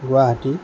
Guwahati